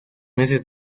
meses